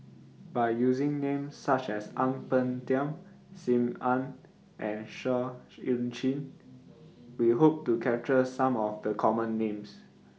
By using Names such as Ang Peng Tiam SIM Ann and Seah EU Chin We Hope to capture Some of The Common Names